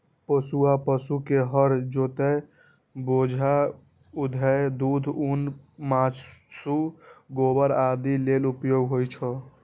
पोसुआ पशु के हर जोतय, बोझा उघै, दूध, ऊन, मासु, गोबर आदि लेल उपयोग होइ छै